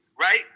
right